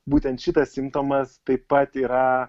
būtent šitas simptomas taip pat yra